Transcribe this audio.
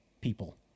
people